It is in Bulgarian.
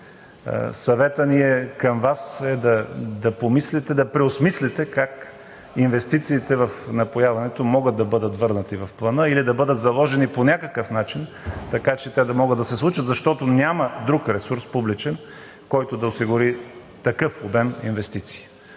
Съветът ни към Вас е да преосмислите как инвестициите в напояването могат да бъдат върнати в плана или да бъдат заложени по някакъв начин, така че те да могат да се случат, защото няма друг публичен ресурс, който да осигури такъв обем инвестиции.